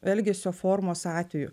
elgesio formos atveju